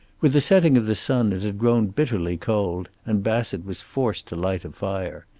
with the setting of the sun it had grown bitterly cold, and bassett was forced to light a fire.